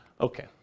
Okay